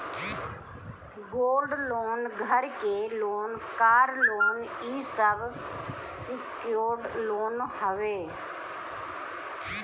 gold loan, घर के loan, car loan इ सब सिक्योर्ड लोन हवे